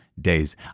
Days